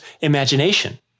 imagination